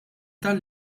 tal